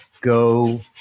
go